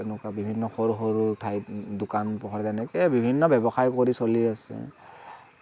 তেনেকুৱা বিভিন্ন সৰু সৰু ঠাইত দোকান পোহাৰ এনেকৈ বিভিন্ন ব্যৱসায় কৰি চলি আছে